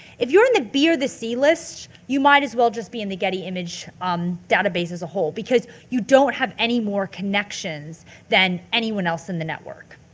if you're in the b or the c list you might as well just be in the getty image um database as a whole because you don't have any more connections than anyone else in the network.